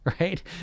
right